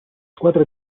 squadra